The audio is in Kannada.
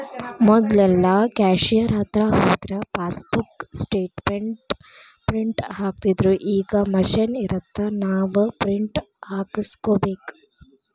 ಮೊದ್ಲಾದ್ರ ಕ್ಯಾಷಿಯೆರ್ ಹತ್ರ ಹೋದ್ರ ಫಾಸ್ಬೂಕ್ ಸ್ಟೇಟ್ಮೆಂಟ್ ಪ್ರಿಂಟ್ ಹಾಕ್ತಿತ್ದ್ರುಈಗ ಮಷೇನ್ ಇರತ್ತ ನಾವ ಪ್ರಿಂಟ್ ಹಾಕಸ್ಕೋಬೇಕ